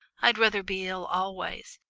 i'd rather be ill always.